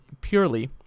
purely